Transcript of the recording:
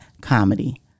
comedy